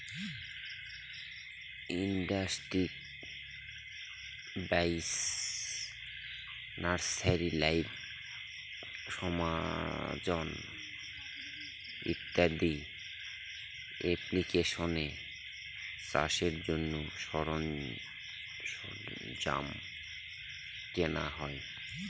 industry বাইশ, nursery live, Amazon ইত্যাদি এপ্লিকেশানে চাষের জন্য সরঞ্জাম কেনা হয়